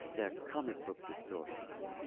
their comic-book distortions,